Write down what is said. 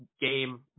game